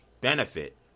benefit